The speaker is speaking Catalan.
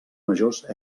majors